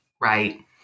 Right